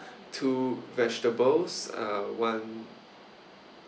two vegetables uh one